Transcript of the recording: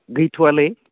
गैथ'आलै